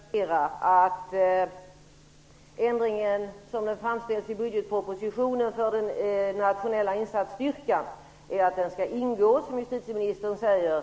Fru talman! Jag skall bara kort konstatera att den ändring som framställs i budgetpropositionen är att den nationella insatsstyrkan skall ingå i piketstyrkan i Stockholm, som justitieministern säger.